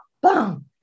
Boom